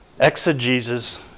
Exegesis